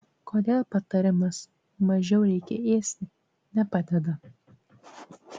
kodėl patarimas mažiau reikia ėsti nepadeda